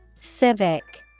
Civic